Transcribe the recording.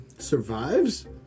Survives